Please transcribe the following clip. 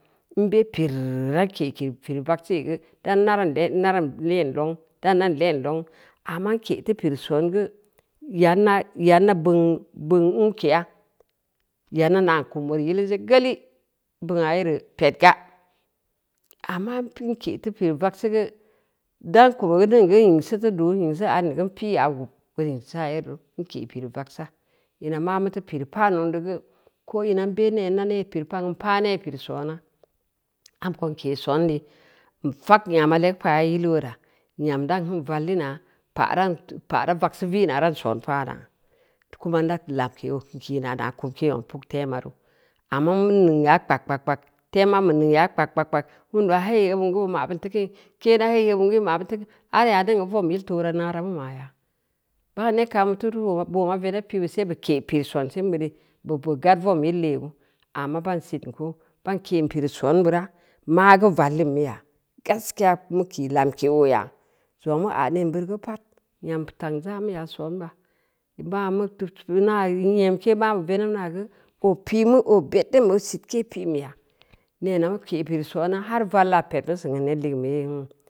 N be pir dan ke’ pireu vagseu yi geu, da na ran le’n longnu, amma n ke’ teu pireu soon gou, yan n na beung u’ke ya, yana na’n kum meureu yileu ze geuli, beungna yere ped ga. Amma n ke teu pireu vagseu geu, dan kumi geu nyingseu deu duu, ngingseu and geu pi’ya vub meureu nyingsa yere ru, n ke pireu vagsa nn a maa micted pireu paan zongneu geu, ko ina nbe na nee pireu pan gu n paa nee pireu soona, amko n ke soon neu, n fak nguma legu paa yilu weura, nyam dan kin vallina, pa’ ra vagseu vina, dan son paana, kuma na lamke oo kina naa kumke zong puktema ne, amma n nongya kpag, kpag, kpag, kpag, fem ambu nu yaa kpag, kpag, kpag, kpag, bin baa hai abin geu bu ma bin teu liin, keena hai obin geu bu ma’bin teu kin, ha rya deungna eu vo’m yil toora, naara, n maya, baa neb ka’m turu broma veneb pibu see b uke pireu sonsin bid de, bob bu gad o yil lee gu? Amma bau sin ku, ban ke’n pireu soon bira maageu vallin muya, gaskiya muya, gaskiya muki lamke ooya, zongua mu aa nen bureu geu pad nyam tal za’ mu ya sonba, maa nyomke mabu veneb naa geu oo pi’neu, oo beddin mu sitke pimbeya neena mu ke’ bil soona haa valya ped mu geu nee ligeu be mu yoo kin.